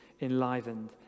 enlivened